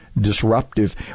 disruptive